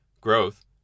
growth